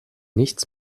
nichts